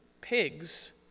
pigs